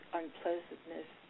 unpleasantness